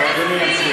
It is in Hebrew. אדוני ימשיך.